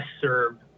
served